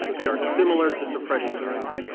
they are similar to suppression hearings,